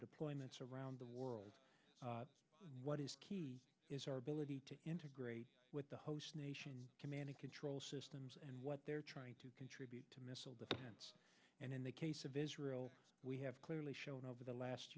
deployments around the world what is key is our ability to integrate with the host nation command and control systems and what they're trying to contribute to missile defense and in the case of israel we have clearly shown over the last